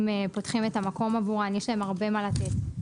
אם פותחים את המקום עבורן יש להן הרבה מה לתת.